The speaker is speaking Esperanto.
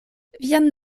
vian